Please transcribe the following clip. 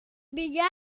began